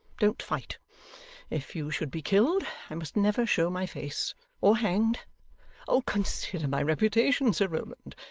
don't fight if you should be killed i must never show my face or hanged oh, consider my reputation, sir rowland.